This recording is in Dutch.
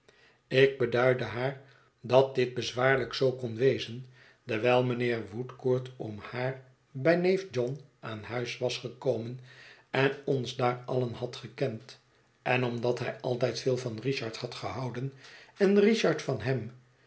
ik beduidde haar dat dit bezwaarlijk zoo kon wezen dewijl mijnheer woodcourt om haar bij neef john aan huis was gekomen en ons daar allen had gekend en omdat hij altijd veel van richard had gehouden en richard van hem